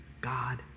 God